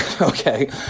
okay